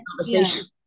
conversation